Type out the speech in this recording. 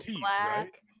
black